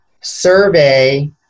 survey